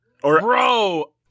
bro